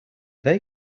they